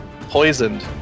poisoned